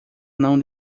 não